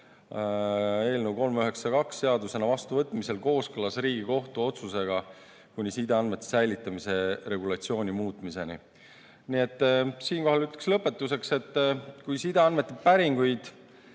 eelnõu 392 selle seadusena vastuvõtmise korral kooskõlas Riigikohtu otsusega kuni sideandmete säilitamise regulatsiooni muutmiseni. Siinkohal ütlen lõpetuseks, et kui sideandmete päringuid